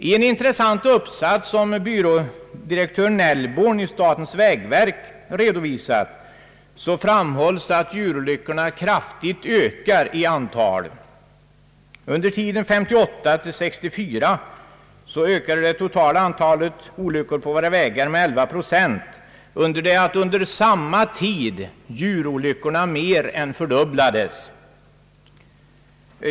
I en intressant uppsats av byrådirektör Nellborn i statens vägverk framhålles också, att djurolyckornas andel av antalet trafikolyckor kraftigt ökat. Under tiden 1958 till 1964 ökade det totala antalet olyckor på våra vägar med cirka 11 procent, under det att på samma tid djurolyckorna mer än fördubblades.